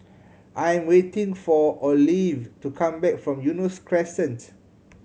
I am waiting for Olive to come back from Eunos Crescent